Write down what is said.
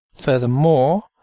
Furthermore